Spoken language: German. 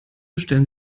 stellen